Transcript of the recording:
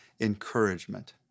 encouragement